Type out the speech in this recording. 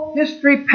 history